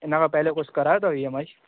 हिन खां पहले कुझु करायो अथव ई एम आई